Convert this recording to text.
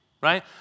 right